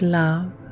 love